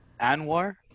Anwar